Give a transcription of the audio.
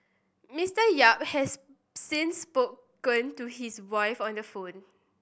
Mister Yap has since spoken to his wife on the phone